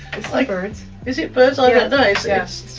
like birds. is it birds? i yeah